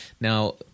Now